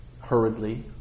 hurriedly